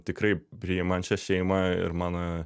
tikrai priimančią šeimą ir mano